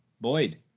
Boyd